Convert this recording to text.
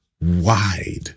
wide